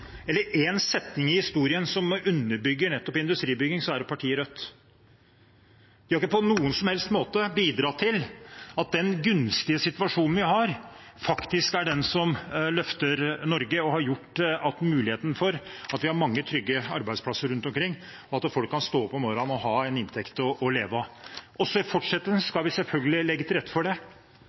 setning i historien som underbygger nettopp industribygging, er det partiet Rødt. De har ikke på noen som helst måte bidratt til den gunstige situasjonen vi har, den som løfter Norge, som har muliggjort at vi har mange trygge arbeidsplasser rundt omkring, og at folk kan stå opp om morgenen og ha en inntekt å leve av. Også i fortsettelsen skal vi selvfølgelig legge til rette for det.